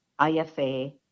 IFA